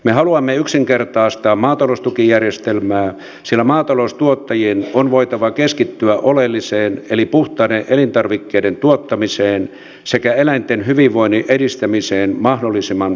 me haluamme yksinkertaistaa maataloustukijärjestelmää sillä maataloustuottajien on voitava keskittyä oleelliseen eli puhtaiden elintarvikkeiden tuottamiseen sekä eläinten hyvinvoinnin edistämiseen mahdollisimman pienellä byrokratialla